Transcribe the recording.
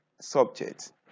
subject